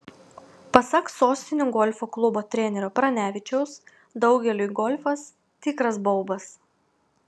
pasak sostinių golfo klubo trenerio pranevičiaus daugeliui golfas tikras baubas